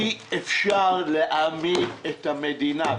אי אפשר להעמיד את המדינה.